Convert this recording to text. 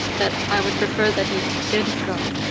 that i would prefer that he didn't go,